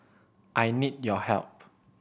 I need your help